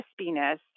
crispiness